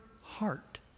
heart